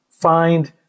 find